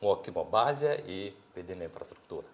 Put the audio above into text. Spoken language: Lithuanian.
mokymo bazę į vidinę infrastruktūrą